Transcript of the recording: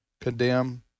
condemn